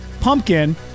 pumpkin